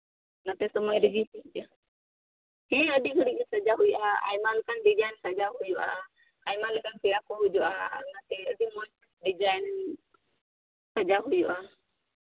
ᱚᱱᱟᱛᱮ ᱥᱚᱢᱚᱭ ᱨᱮᱜᱮ ᱴᱷᱤᱠ ᱜᱮᱭᱟ ᱦᱮᱸ ᱟᱹᱰᱤ ᱜᱷᱟᱹᱲᱤᱡ ᱜᱮ ᱥᱟᱡᱟᱣ ᱦᱩᱭᱩᱜᱼᱟ ᱟᱭᱢᱟ ᱞᱮᱠᱟᱱ ᱰᱤᱡᱟᱭᱤᱱ ᱥᱟᱡᱟᱣ ᱦᱩᱭᱩᱜᱼᱟ ᱟᱭᱢᱟ ᱞᱮᱠᱟᱱ ᱯᱮᱲᱟ ᱠᱚ ᱦᱤᱡᱩᱜᱼᱟ ᱚᱱᱟᱛᱮ ᱟᱹᱰᱤ ᱢᱚᱡᱽ ᱰᱤᱡᱟᱭᱤᱱ ᱥᱟᱡᱟᱣ ᱦᱩᱭᱩᱜᱼᱟ